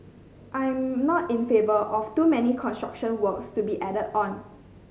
I'm not in favour of too many major construction works to be added on